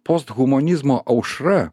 post humanizmo aušra